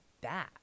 Bad